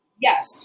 Yes